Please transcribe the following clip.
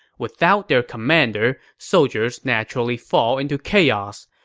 without their commander, soldiers naturally fall into chaos.